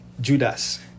Judas